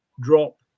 drop